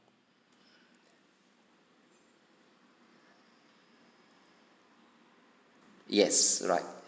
yes right